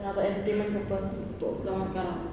ya and the entertainment purpose untuk zaman sekarang